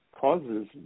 causes